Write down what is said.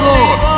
Lord